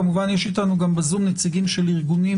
כמובן שישנם גם בזום נציגים של ארגונים